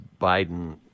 Biden